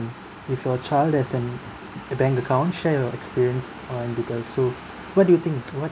if your child has an a bank account share your experience on detail so what do you think what